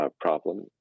problem